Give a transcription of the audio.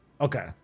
okay